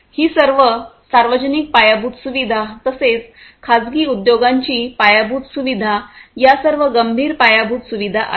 ही सर्व सार्वजनिक पायाभूत सुविधा तसेच खाजगी उद्योगांची पायाभूत सुविधा या सर्व गंभीर पायाभूत सुविधा आहेत